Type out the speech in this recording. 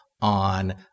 on